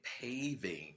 paving